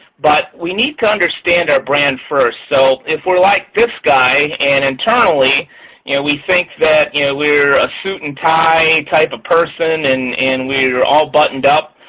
but we need to understand our brand first. so if we're like this guy and internally yeah we think that yeah we're a suit and tie type of person and and we're all buttoned up,